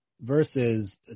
versus